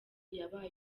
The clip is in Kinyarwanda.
yabaye